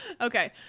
Okay